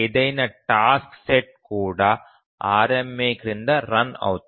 ఏదైనా task set కూడా RMA క్రింద రన్ అవుతుంది